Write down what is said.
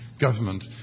Government